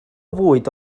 fwyd